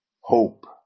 Hope